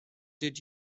did